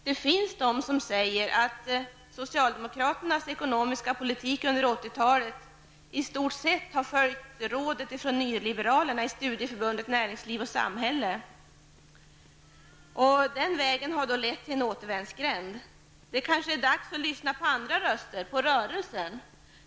Det finns de som säger att socialdemokraternas ekonomiska politik under 80-talet i stort sett har följt rådet från nyliberalerna i Studieförbundet Näringsliv och Samhälle. Den vägen har lett till en återvändsgränd. Det kanske är dags att lyssna på andra röster, på rörelsen.